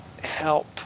help